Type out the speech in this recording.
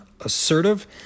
assertive